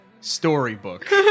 Storybook